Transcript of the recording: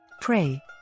Pray